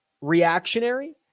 reactionary